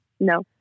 No